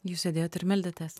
jūs sėdėjot ir meldėtės